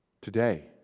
today